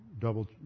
double